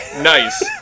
nice